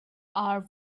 are